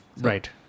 Right